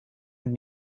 een